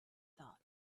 thought